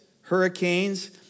hurricanes